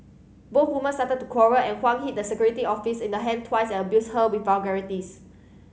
both women started to quarrel and Huang hit the security officer in the hand twice and abused her with vulgarities